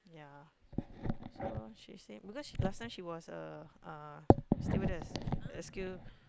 yea so she said because last she was a a uh stewardess S_Q